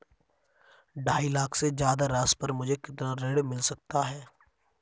ढाई लाख से ज्यादा राशि पर मुझे कितना ऋण मिल सकता है?